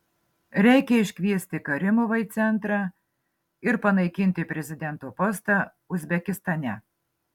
reikia iškviesti karimovą į centrą ir panaikinti prezidento postą uzbekistane